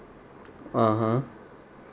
(uh huh)